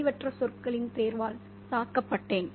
தெளிவற்ற சொற்களின் தேர்வால் தாக்கப்பட்டேன்